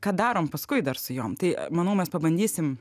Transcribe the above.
ką darom paskui dar su jom tai manau mes pabandysim